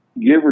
give